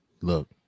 look